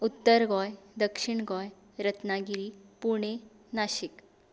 उत्तर गोंय दक्षिण गोंय रत्नागिरी पुणे नाशिक